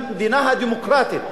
המדינה הדמוקרטית,